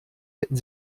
hätten